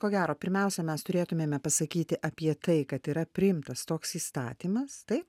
ko gero pirmiausia mes turėtumėme pasakyti apie tai kad yra priimtas toks įstatymas taip